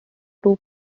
two